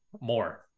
more